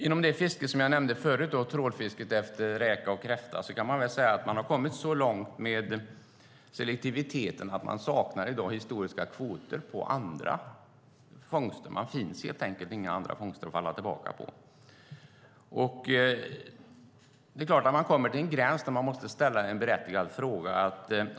Inom det fiske jag förut nämnde, trålfisket efter räka och kräfta, har man kommit så långt med selektiviteten att man i dag saknar historiska kvoter på andra fångster. Det finns helt enkelt inga andra fångster att falla tillbaka på. Man kommer till en gräns där man måste ställa en berättigad fråga.